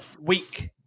week